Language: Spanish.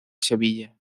sevilla